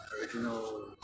original